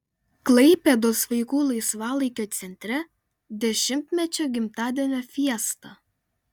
klaipėdos vaikų laisvalaikio centre dešimtmečio gimtadienio fiesta